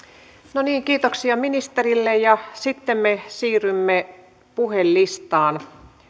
no niin kiitoksia ministerille ja sitten me siirrymme puhelistaan